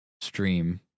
stream